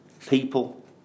people